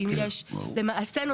למעשה,